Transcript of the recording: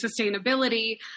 sustainability